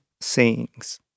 Sayings